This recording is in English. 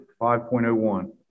5.01